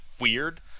weird